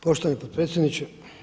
Poštovani potpredsjedniče.